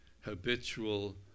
habitual